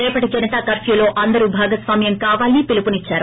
రేపటి జనతా కర్న్నూలో అందరూ భాగస్వామ్యం కావాలని పిలుపునిచ్చారు